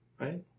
Right